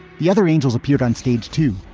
the other angels appeared on stage, too,